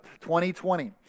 2020